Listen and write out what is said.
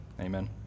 Amen